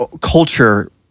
culture